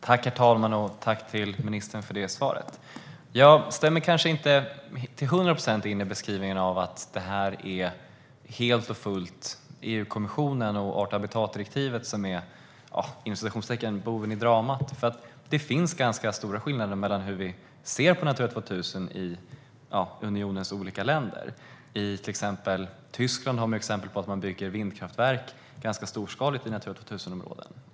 Herr talman! Tack, ministern, för detta svar! Jag stämmer kanske inte in till hundra procent i beskrivningen att det helt och fullt är EU-kommissionen och art och habitatdirektivet som är "boven i dramat". Det finns ganska stora skillnader mellan hur vi ser på Natura 2000 i unionens olika länder. I Tyskland finns exempel på att man bygger vindkraftverk i stor skala vid Natura 2000-områden.